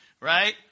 Right